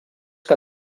que